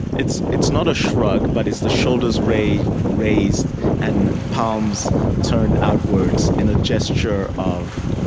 it's it's not a shrug, but it's the shoulders raised raised and palms turned outwards in a gesture of